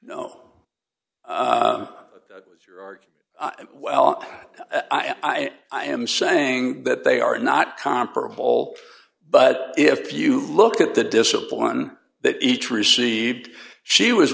know well i'm i am saying that they are not comparable but if you look at the discipline that each received she was